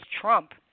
Trump